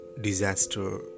disaster